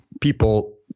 people